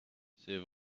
c’est